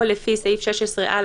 או לפי סעיף 16(א),